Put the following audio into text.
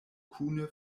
kune